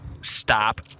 stop